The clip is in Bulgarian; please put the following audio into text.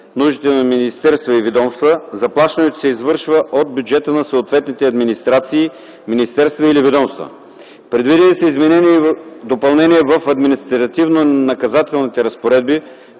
нуждите на министерства и ведомства, заплащането се извършва от бюджета на съответните администрации, министерства или ведомства. Предвидени са изменения и допълнения в административно-наказателните разпоредби,